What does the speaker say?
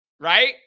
right